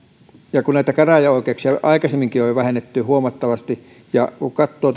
ja kun näitä käräjäoikeuksia aikaisemminkin on jo vähennetty huomattavasti ja kun katsoo tätä